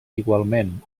igualment